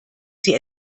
sie